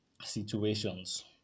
situations